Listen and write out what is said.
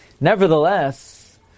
nevertheless